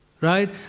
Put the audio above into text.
right